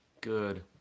Good